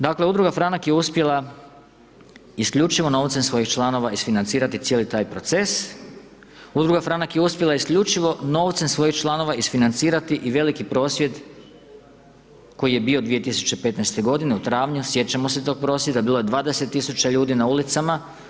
Dakle, udruga Franak je uspjela, isključivo novcem svojih članova isfinancirati cijeli taj proces, udruga Franak je uspjela isključivo novcem svojih članova isfinancirati i veliki prosvjed koji je bio 2015. u travnju, sjećamo se tog prosvjeda, bilo je 20 tisuća ljudi na ulicama.